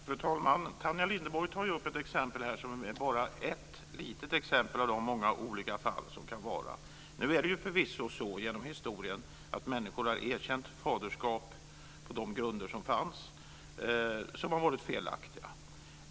Fru talman! Tanja Linderborg tar ett exempel, som bara är ett litet exempel bland de många olika fall som kan förekomma. Det har förvisso genom historien varit så att män har erkänt faderskapet på de grunder som funnits, som har varit felaktiga.